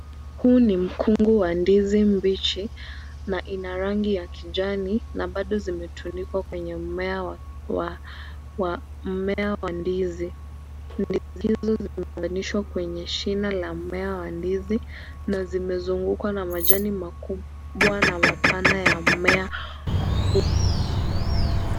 Huu ni mkungu wa ndizi mbichi na ina rangi ya kijani na bado zimetundikwa kwenye mmea wa ndizi. Ndizi hizo zimeunganishwa kwenye shina la mmea wa ndizi na zimezungukwa na majani makubwa na mapana ya mmea huo.